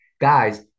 guys